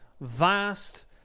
vast